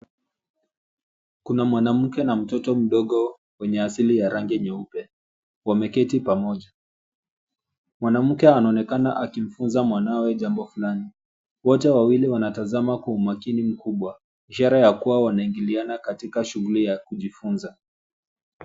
Kuna mwanamke na mtoto mdogo wenye asili ya rangi nyeupe, wameketi pamoja. Mwanamke anaonekana akimfunza mwanawe jambo fulani. Wote wawili wanatazama kwa umakini mkubwa, ishara ya kuwa wanaingiliana katika shughuli ya kujifunza.